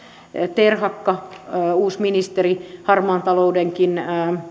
terhakka uusi ministeri harmaan taloudenkin